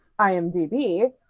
IMDb